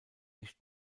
nicht